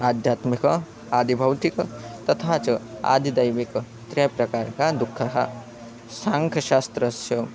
आध्यात्मिकः आदिभौतिकः तथा च आदिदैविक त्रयप्रकारकाः दुःखाः साङ्ख्यशास्त्रस्य